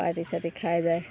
party চাৰ্টি খাই যায়